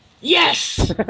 Yes